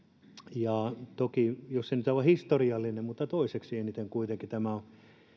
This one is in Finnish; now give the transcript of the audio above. ja toki jos ei tämä nyt aivan historiallinen ole niin toiseksi eniten kuitenkin tämä on